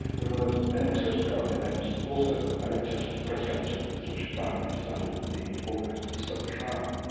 there was an excess of coronary events, there's also an excess of breast cancer events which finally decided the organisers to stop the trial.